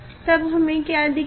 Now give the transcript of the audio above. तब हमें क्या दिखेगा